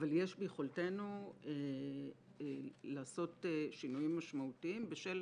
אבל יש ביכולתנו לעשות שינויים משמעותיים בשל